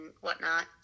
whatnot